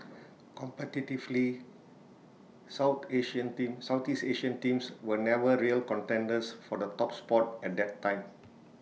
competitively south Asian team Southeast Asian teams were never real contenders for the top spot at that time